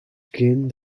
gained